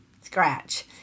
Scratch